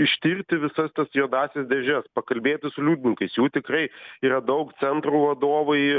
ištirti visas tas juodąsias dėžes pakalbėti su liudininkais jų tikrai yra daug centrų vadovai